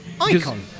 icon